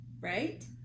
right